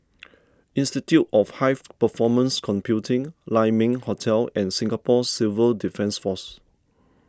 Institute of High Performance Computing Lai Ming Hotel and Singapore Civil Defence force